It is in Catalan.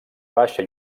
baixa